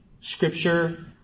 Scripture